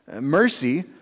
Mercy